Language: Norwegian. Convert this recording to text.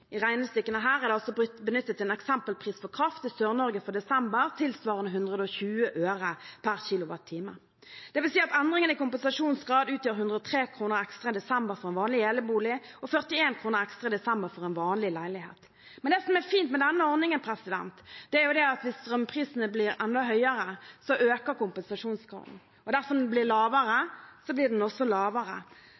i regnestykkene her, der det er benyttet en eksempelpris på kraft i Sør-Norge for desember tilsvarende 120 øre per kilowattime. Det vil si at endringen i kompensasjonsgrad utgjør 103 kr ekstra i desember for en vanlig enebolig og 41 kr ekstra i desember for en vanlig leilighet. Det som er fint med denne ordningen, er at hvis strømprisene blir enda høyere, øker kompensasjonsgraden, og dersom strømprisene blir lavere,